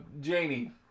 Janie